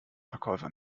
verkäufer